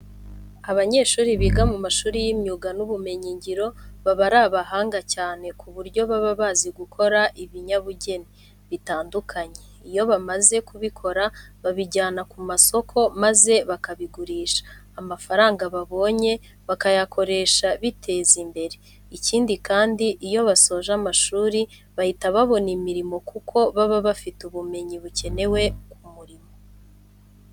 Abanyeshuri biga mu mashuri y'imyuga n'ubumenyingiro baba ari abahanga cyane ku buryo baba bazi gukora ibinyabugeni bitandukanye. Iyo bamaze kubikora babijyana ku masoko maza bakabigurisha, amafaranga babonye bakayakoresha biteza imbere. Ikindi kandi, iyo basoje amashuri bahita babona imirimo kuko baba bafite ubumenyi bukenewe ku murimo.